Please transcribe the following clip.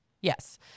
Yes